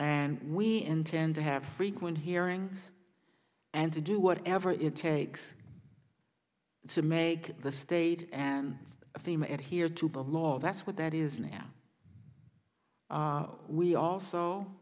and we intend to have frequent hearings and to do whatever it takes to make the state and a female adhered to the law that's what that is now we also